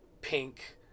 pink